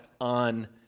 on